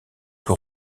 que